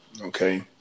Okay